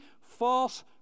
false